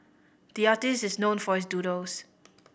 the artist is known for his doodles